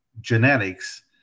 genetics